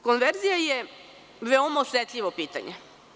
Konverzija je veoma osetljivo pitanje.